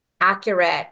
accurate